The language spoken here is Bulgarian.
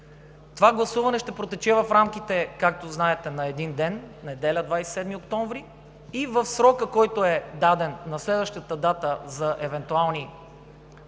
Това гласуване ще протече в рамките, както знаете, на един ден – неделя, 27 октомври, и в срока, който е даден на следващата дата за евентуален втори